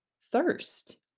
thirst